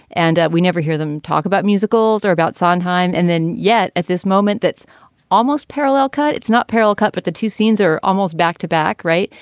and we never hear them talk about musicals or about sondheim. and then yet at this moment, that's almost parallel cut. it's not parallel cut, but the two scenes are almost back to back. right.